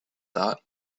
thought